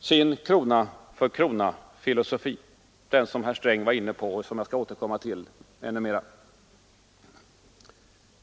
sin krona-för-krona-filosofi, som herr Sträng varit inne på och som jag skall återkomma till ytterligare.